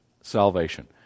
Salvation